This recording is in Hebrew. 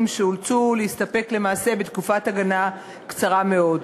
שאולצו להסתפק למעשה בתקופת הגנה קצרה מאוד.